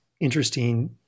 interesting